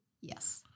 Yes